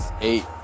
eight